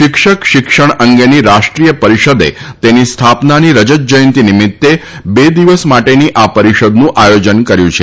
શિક્ષક શિક્ષણ અંગેની રાષ્ટ્રીય પરિષદે તેની સ્થાપનાની રજતજયંતી નિમિત્તે બે દિવસ માટેની આ પરિષદનું આયોજન કર્યું છે